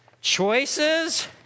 Choices